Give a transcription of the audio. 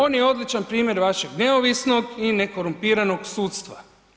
On je odličan primjer vašeg neovisnog i nekorumpiranog sudstva.